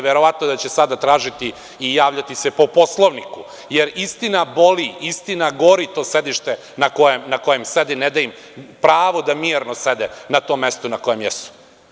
Verovatno da će sada tražiti i javljati se po Poslovniku, jer istina boli, jer gori to sedište na kojem sede, ne da im pravo da mirno sede na tom mestu na kojem jesu.